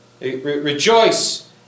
rejoice